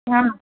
ஆ